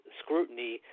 scrutiny